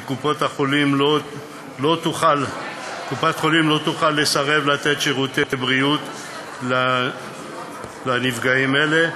כי קופת-חולים לא תוכל לסרב לתת שירותי בריאות לנפגעים אלה,